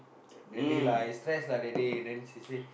that day lah I stressed lah that day and then she said